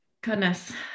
Goodness